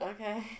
Okay